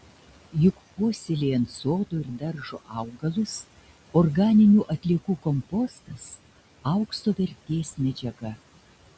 juk puoselėjant sodo ir daržo augalus organinių atliekų kompostas aukso vertės medžiaga